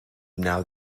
now